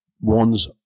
one's